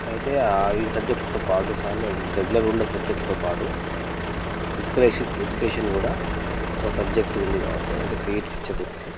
అయితే ఆ ఈ సబ్జెక్ట్లతో పాటు రెగ్యులర్గా ఉండే సబ్జెక్ట్లతో పాటు ఎడ్యుకేషన్ కూడా ఒక సబ్జెక్ట్ ఉంది కాబట్టి అంటే పీఈటి టీచర్ చెప్పేది